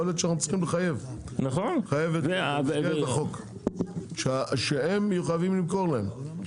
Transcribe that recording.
יכול להיות שאנחנו צריכים לחייב מבחינת החוק שהם יהיו חייבים למכור להם.